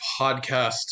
podcast